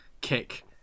kick